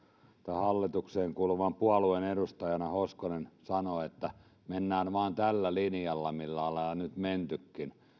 hallitukseen kuuluvan puolueen edustajana hoskonen sanoo että mennään vain tällä linjalla millä ollaan nyt mentykin